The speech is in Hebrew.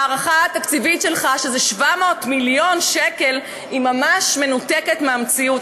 ההערכה התקציבית שלך שזה 700 מיליון שקל ממש מנותקת מהמציאות.